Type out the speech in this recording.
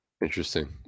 Interesting